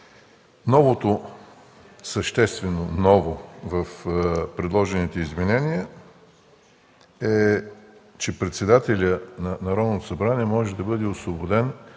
Новото, съществено новото в предложените изменения е, че председателят на Народното събрание може да бъде освободен,